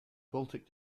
baltic